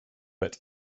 but